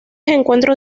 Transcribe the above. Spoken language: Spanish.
encuentros